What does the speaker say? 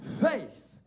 faith